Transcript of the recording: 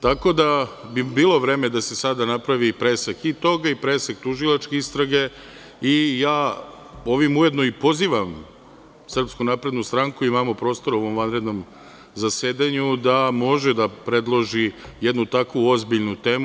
Tako da bi bilo vreme da se sada napravi presek i toga i presek tužilačke istrage i ja ovim ujedno pozivam SNS, imamo prostora u ovom vanrednom zasedanju, da može da predloži jednu tako ozbiljnu temu.